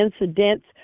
incidents